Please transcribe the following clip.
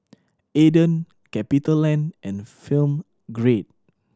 Aden CapitaLand and Film Grade